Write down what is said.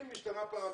אם השתנו פרמטרים